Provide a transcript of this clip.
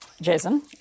Jason